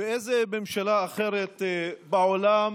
באיזה ממשלה אחרת בעולם